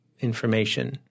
information